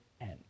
end